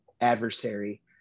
adversary